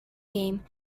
game